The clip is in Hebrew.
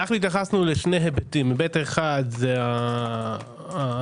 התייחסנו לשני היבטים אחד זה הסיכון,